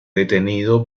detenido